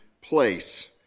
place